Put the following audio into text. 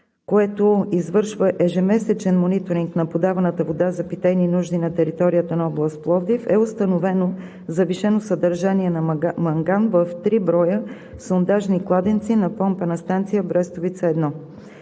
което извършва ежемесечен мониторинг на подаваната вода за питейни нужди на територията на област Пловдив, е установено завишено съдържание на манган в три броя сондажни кладенци на Помпена станция „Брестовица –